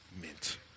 mint